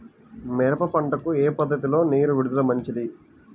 మిరప పంటకు ఏ పద్ధతిలో నీరు విడుదల మంచిది?